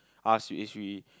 ask if we